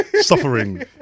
suffering